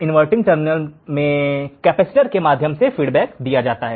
inverting terminal में capacitor के माध्यम से फीडबैक दिया गया है